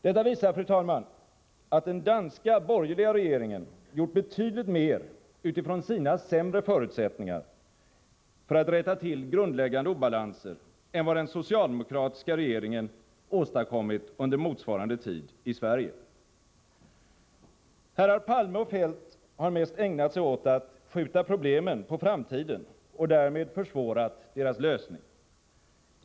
Detta visar, fru talman, att den danska borgerliga regeringen gjort betydligt mer utifrån sina sämre förutsättningar för att rätta till grundläggande obalanser än vad den socialdemokratiska regeringen åstadkommit under motsvarande tid i Sverige. Herrar Palme och Feldt har mest ägnat sig åt att skjuta problemen på framtiden och därmed försvårat deras lösning.